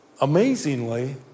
amazingly